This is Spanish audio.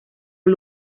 los